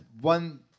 one